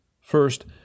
first